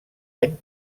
any